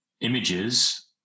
images